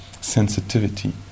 sensitivity